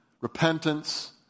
repentance